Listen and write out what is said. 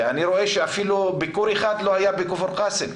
אני רואה שאפילו ביקר אחד לא היה בכפר קאסם.